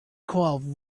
call